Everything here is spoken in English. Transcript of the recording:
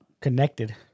connected